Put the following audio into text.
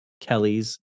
Kelly's